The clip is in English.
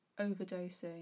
overdosing